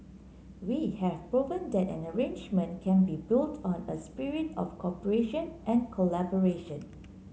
we have proven that an agreement can be built on a spirit of cooperation and collaboration